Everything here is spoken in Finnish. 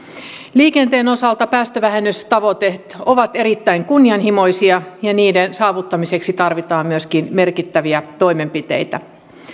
liikenteen osalta päästövähennystavoitteet ovat erittäin kunnianhimoisia ja niiden saavuttamiseksi tarvitaan myöskin merkittäviä toimenpiteitä